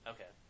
Okay